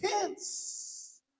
hints